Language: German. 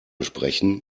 sprechen